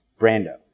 Brando